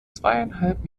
zweieinhalb